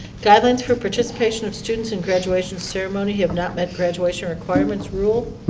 guidelines for participation of students in graduation ceremony have not met graduation requirements rule.